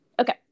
Okay